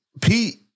Pete